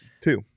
Two